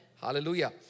Hallelujah